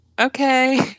okay